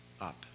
up